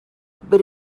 but